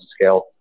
scale